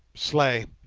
slay